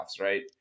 right